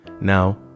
Now